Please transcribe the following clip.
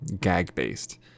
gag-based